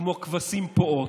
כמו כבשים פועות,